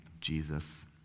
Jesus